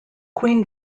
queen